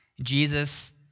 Jesus